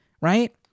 Right